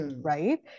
right